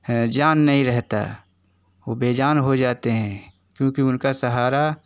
है जान नहीं रहता है वो बेजान हो जाते हैं क्योंकि उनका सहारा